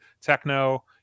techno